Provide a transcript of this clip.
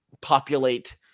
populate